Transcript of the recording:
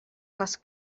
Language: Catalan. les